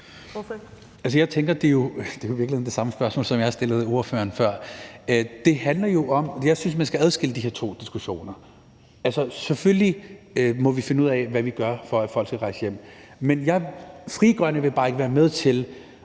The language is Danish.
Det er jo i virkeligheden det samme spørgsmål, som jeg stillede ordføreren før. Jeg synes, man skal adskille de her to diskussioner. Selvfølgelig må vi finde ud af, hvad vi gør for, at folk skal rejse hjem, men Frie Grønne vil bare ikke være med til